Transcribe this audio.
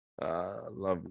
Lovely